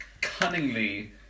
cunningly